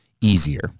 easier